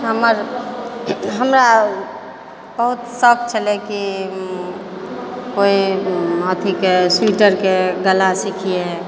हमर हमरा बहुत शौक छलै की कोइ अथीके स्वेटरके गला सीखियै